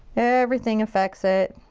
everything affects it.